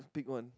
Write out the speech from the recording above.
let's pick one